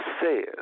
says